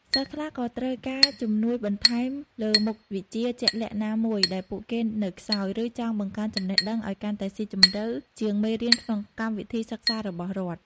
សិស្សខ្លះក៏ត្រូវការជំនួយបន្ថែមលើមុខវិជ្ជាជាក់លាក់ណាមួយដែលពួកគេនៅខ្សោយ ឬចង់បង្កើនចំណេះដឹងឲ្យកាន់តែស៊ីជម្រៅជាងមេរៀនក្នុងកម្មវិធីសិក្សារបស់រដ្ឋ។